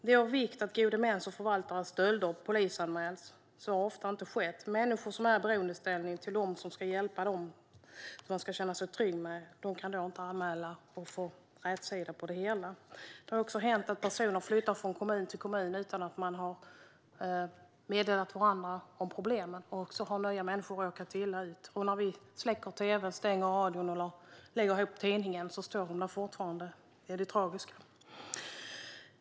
Det är av vikt att gode mäns och förvaltares stölder polisanmäls. Så har ofta inte skett. Människor som är i en beroendeställning till dem som ska hjälpa dem och som de ska känna sig trygga med kan inte anmäla och få rätsida på det hela. Det har också hänt att personer flyttar från kommun till kommun utan att man har meddelat varandra att det finns problem. Sedan har nya människor råkat illa ut. När vi släcker tv:n, stänger av radion eller lägger ihop tidningen står de där fortfarande. Det är det tragiska.